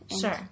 Sure